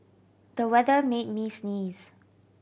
the weather made me sneeze